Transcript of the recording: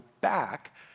back